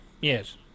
Yes